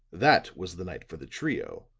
that was the night for the trio,